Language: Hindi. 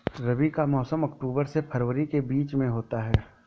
रबी का मौसम अक्टूबर से फरवरी के बीच में होता है